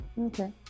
okay